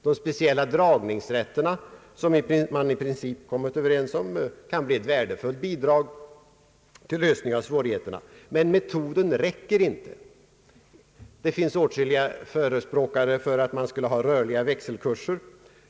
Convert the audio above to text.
De speciella dragningsrätterna som man i princip kommit överens om kan bli ett värdefullt bidrag till lösning av svårigheterna, men metoden räcker inte. Det finns åtskilliga förespråkare för att man skulle ha rörliga växelkurser.